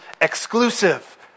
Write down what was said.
exclusive